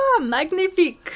magnifique